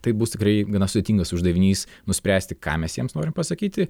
tai bus tikrai gana sudėtingas uždavinys nuspręsti ką mes jiems norim pasakyti